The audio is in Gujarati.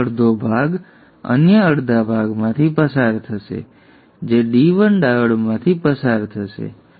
અન્ય અડધો ભાગ અન્ય અડધા ભાગમાંથી પસાર થશે જે D1 ડાયોડમાંથી પસાર થશે